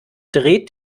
dreht